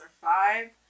five